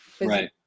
right